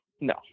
No